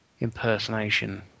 impersonation